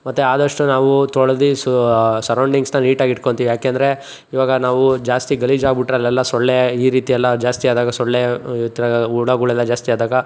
ಮತ್ತು ಆದಷ್ಟು ನಾವು ತೊಳ್ದು ಸರೌಂಡಿಂಗ್ಸ್ನ ನೀಟಾಗಿಟ್ಕೊಂತೀವಿ ಯಾಕಂದರೆ ಇವಾಗ ನಾವು ಜಾಸ್ತಿ ಗಲೀಜಾಗಿಬಿಟ್ರೆ ಅಲ್ಲೆಲ್ಲ ಸೊಳ್ಳೆ ಈ ರೀತಿಯೆಲ್ಲ ಜಾಸ್ತಿಯಾದಾಗ ಸೊಳ್ಳೆ ಮತ್ತು ಹುಳಗುಳೆಲ್ಲ ಜಾಸ್ತಿಯಾದಾಗ